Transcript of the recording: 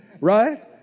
Right